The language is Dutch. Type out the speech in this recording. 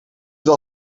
wel